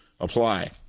apply